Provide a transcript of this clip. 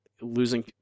losing